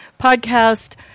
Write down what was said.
podcast